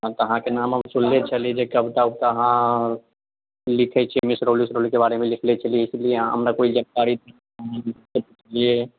हम तऽ अहाँकेँ नाम सुनले छलियै जे कविता ओविता अहाँ लिखैत छियै मिसरौली ओसरौलीके बारेमे लिखने छलियै इसलिये अहाँ हमरा कोइ जानकारी दियै